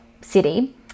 city